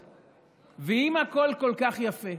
אם הכול כל כך יפה,